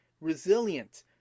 resilient